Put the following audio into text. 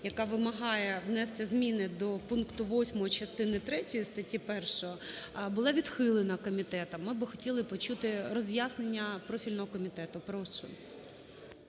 яка вимагає внести зміни до пункту 8 частини третьої статті 1, була відхилена комітетом. Ми би хотіли почути роз'яснення профільного комітету, прошу.